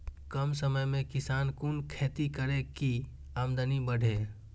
कम समय में किसान कुन खैती करै की आमदनी बढ़े?